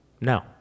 No